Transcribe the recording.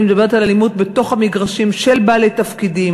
אני מדברת על אלימות בתוך המגרשים של בעלי תפקידים.